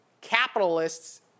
capitalists